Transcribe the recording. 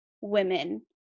women